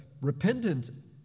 repentance